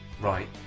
Right